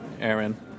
Aaron